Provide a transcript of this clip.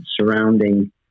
surrounding